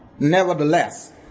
Nevertheless